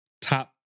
top